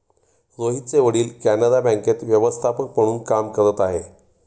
रोहितचे वडील कॅनरा बँकेत व्यवस्थापक म्हणून काम करत आहे